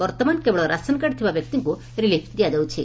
ବର୍ଉମାନ କେବଳ ration card ଥିବା ବ୍ୟକ୍ତିଙ୍କୁ ରିଲିପ୍ ଦିଆଯାଉଛି